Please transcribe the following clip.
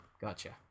gotcha